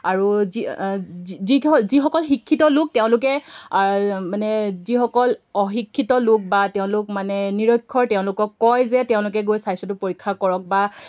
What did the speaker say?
আৰু যি যি যিসকল শিক্ষিত লোক তেওঁলোকে মানে যিসকল অশিক্ষিত লোক বা তেওঁলোক মানে নিৰক্ষৰ তেওঁলোকক কয় যে তেওঁলোকে গৈ স্বাস্থ্যটো পৰীক্ষা কৰক বা